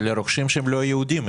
ינון, זה לרוכשים שהם לא יהודים.